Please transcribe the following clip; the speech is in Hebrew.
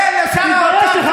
תן לשר האוצר.